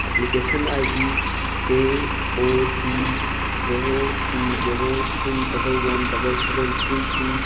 application I D J O two zero two zero three double one double seven three two